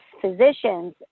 physicians